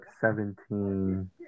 seventeen